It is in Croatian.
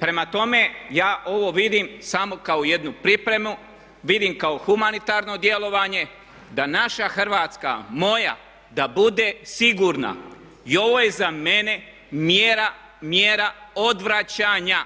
Prema tome ja ovo vidim samo kao jednu pripremu, vidim kao humanitarno djelovanje da naša Hrvatska, moja da bude sigurna. I ovo je za mene mjera, mjera odvraćanja.